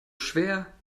schwer